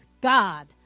God